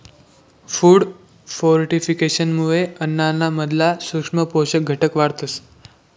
food फोर्टिफिकेशनमुये अन्नाना मधला सूक्ष्म पोषक घटक वाढतस